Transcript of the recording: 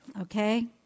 okay